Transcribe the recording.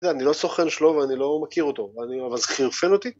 ‫אני לא סוכן שלו ואני לא מכיר אותו, ‫אבל זה חירפן אותי.